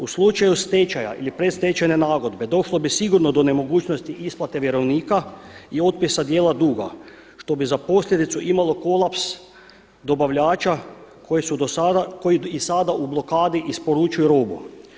U slučaju stečaja ili predstečajne nagodbe došlo bi sigurno do nemogućnosti isplate vjerovnika i otpisa dijela duga što bi za posljedicu imalo kolaps dobavljača koji su do sada, koji i sada u blokadi isporučuju robu.